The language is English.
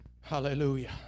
Hallelujah